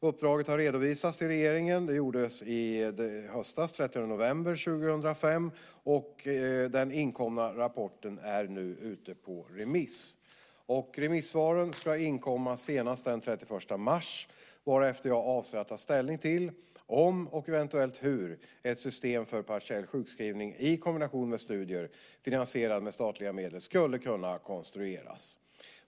Uppdraget har redovisats till regeringen i höstas, den 30 november 2005, och den inkomna rapporten är nu ute på remiss. Remissvaren ska inkomma senast den 31 mars varefter jag avser att ta ställning till om och eventuellt hur ett system för partiell sjukskrivning i kombination med studier finansierade med statliga medel skulle kunna konstrueras.